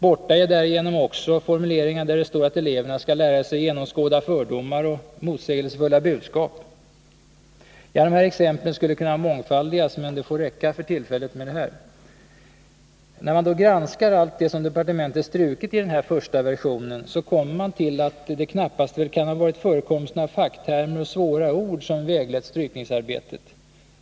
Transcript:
Borta är därigenom också formuleringar där det står att eleverna skall lära sig genomskåda fördomar och motsägelsefulla budskap. Exemplen skulle kunna mångfaldigas, men detta får räcka för tillfället. När man granskar allt det som departementet strukit i den första versionen, så kommer man till att det knappast kan ha varit förekomsten av facktermer och svåra ord som väglett strykningsarbetet.